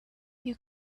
you